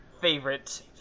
favorite